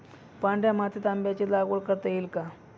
पांढऱ्या मातीत आंब्याची लागवड करता येईल का?